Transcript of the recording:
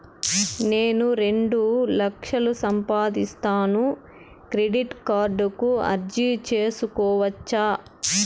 నేను రెండు లక్షలు సంపాదిస్తాను, క్రెడిట్ కార్డుకు అర్జీ సేసుకోవచ్చా?